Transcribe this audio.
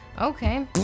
Okay